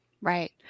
Right